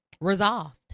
resolved